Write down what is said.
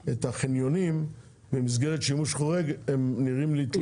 החניונים במסגרת שימוש חורג הם נראים לי תלושים מהמציאות.